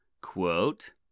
Quote